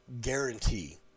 guarantee